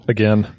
Again